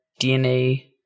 DNA